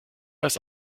als